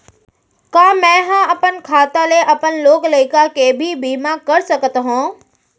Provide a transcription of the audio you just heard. का मैं ह अपन खाता ले अपन लोग लइका के भी बीमा कर सकत हो